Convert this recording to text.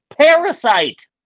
Parasite